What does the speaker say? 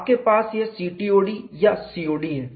आपके पास यह CTOD या COD है